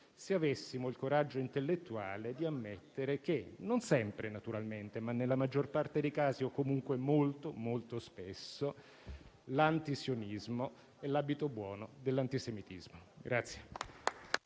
se avessimo il coraggio intellettuale di ammettere che - non sempre, naturalmente, ma nella maggior parte dei casi o comunque molto spesso - l'antisionismo è l'abito buono dell'antisemitismo.